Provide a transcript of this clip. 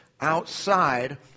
outside